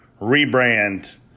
rebrand